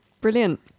brilliant